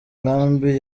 nkambi